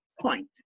point